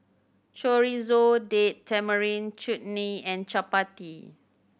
Chorizo Date Tamarind Chutney and Chapati